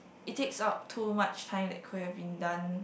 it takes up too much time that could have been done